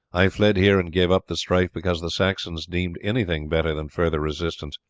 i fled here and gave up the strife because the saxons deemed anything better than further resistance.